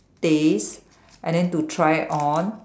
taste and then to try on